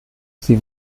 sie